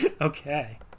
Okay